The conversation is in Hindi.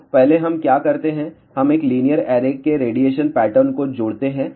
तो पहले हम क्या करते हैं हम एक लीनियर ऐरे के रेडिएशन पैटर्न को जोड़ते हैं